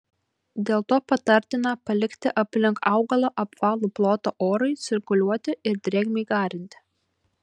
dėl to patartina palikti aplink augalą apvalų plotą orui cirkuliuoti ir drėgmei garinti